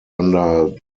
under